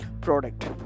product